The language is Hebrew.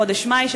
לחודש מאי,